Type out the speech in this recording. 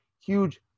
huge